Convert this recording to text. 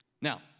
Now